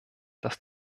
dass